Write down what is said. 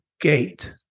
gate